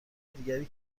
دیگری